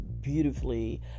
beautifully